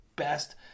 best